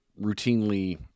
routinely